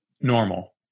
normal